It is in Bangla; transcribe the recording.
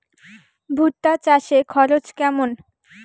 ভুট্টা চাষে খরচ কেমন?